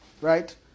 right